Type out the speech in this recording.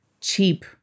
cheap